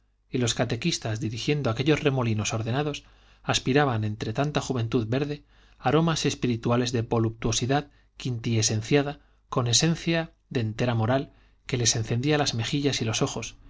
y los catequistas dirigiendo aquellos remolinos ordenados aspiraban entre tanta juventud verde aromas espirituales de voluptuosidad quinti esenciada con cierta dentera moral que les encendía las mejillas y los ojos